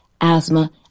asthma